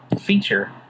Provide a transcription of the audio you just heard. feature